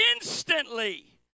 instantly